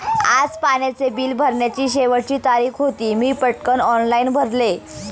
आज पाण्याचे बिल भरण्याची शेवटची तारीख होती, मी पटकन ऑनलाइन भरले